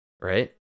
right